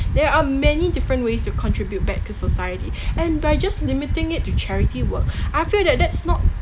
there are many different ways to contribute back to society and by just limiting it to charity work I feel that that's not